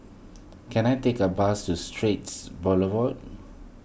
can I take a bus to Straits Boulevard